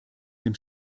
dem